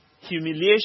Humiliation